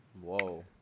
Whoa